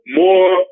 more